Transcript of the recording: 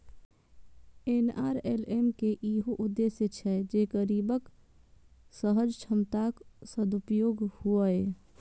NRLM के इहो उद्देश्य छै जे गरीबक सहज क्षमताक सदुपयोग हुअय